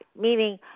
meaning